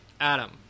Adam